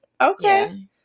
okay